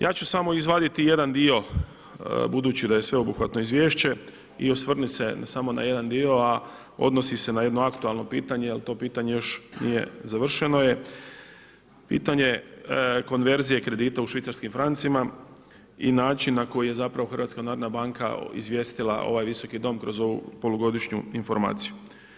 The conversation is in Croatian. Ja ću samo izvaditi jedan dio budući da je sveobuhvatno izvješće i osvrnut se samo na jedan dio a odnosi se na jedno aktualno pitanje al to pitanje još nije završeno je pitanje konverzije kredita u švicarskim francima i način na koji je zapravo HNB izvijestila ovaj visoki dom kroz ovu polugodišnju informaciju.